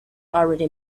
already